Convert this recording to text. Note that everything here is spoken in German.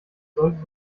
sollte